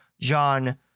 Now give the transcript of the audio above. John